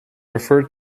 referred